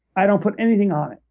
i don't put anything on it,